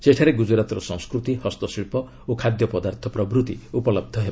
ସେଠାରେ ଗୁଜୁରାତର ସଂସ୍କୃତି ହସ୍ତଶିଳ୍ପ ଓ ଖାଦ୍ୟପଦାର୍ଥ ଉପଲହ୍ଧ ହେବ